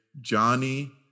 Johnny